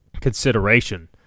consideration